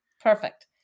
Perfect